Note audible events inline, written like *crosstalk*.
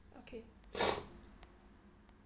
okay *noise*